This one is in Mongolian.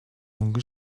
мөнгөн